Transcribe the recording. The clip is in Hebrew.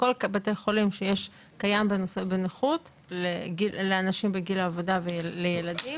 בכל בתי חולים שקיים בנכות לאנשים בגיל העבודה וילדים,